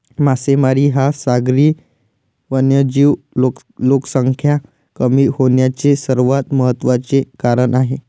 मासेमारी हा सागरी वन्यजीव लोकसंख्या कमी होण्याचे सर्वात महत्त्वाचे कारण आहे